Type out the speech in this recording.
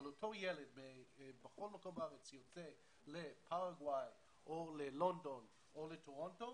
אבל אותו ילד שיוצא לפרגוואי או ללונדון או לטורונטו,